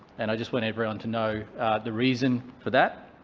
and i just want everyone to know the reason for that.